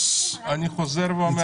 אני חוזר ואומר,